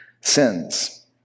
sins